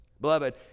Beloved